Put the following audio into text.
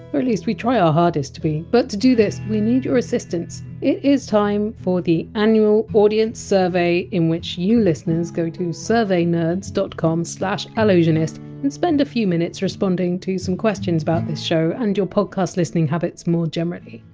or at least we try our hardest to be but to do this, we need your assistance. it! s time for the annual audience survey, in which you listeners go to surveynerds dot com slash allusionist and spend a few minutes responding to some questions about this show and your podcast-listening habits more generally.